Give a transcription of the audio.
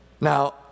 now